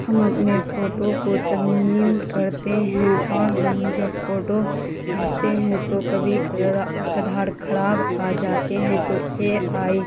ہم اپنے فوٹو کو ترمیم کرتے ہیں اور ہم جب فوٹو کھینچتے ہیں تو کبھی کدھار خراب آ جاتے ہیں تو اے آئی